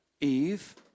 Eve